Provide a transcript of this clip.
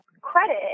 credit